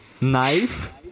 knife